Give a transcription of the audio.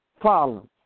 problems